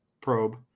probe